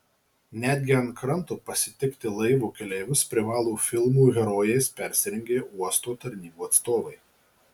netgi ant kranto pasitikti laivo keleivius privalo filmų herojais persirengę uosto tarnybų atstovai